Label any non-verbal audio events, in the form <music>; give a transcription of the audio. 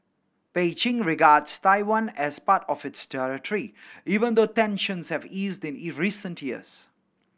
Beijing regards Taiwan as part of its territory even though tensions have eased in <unintelligible> recent years